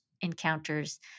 encounters